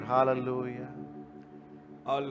Hallelujah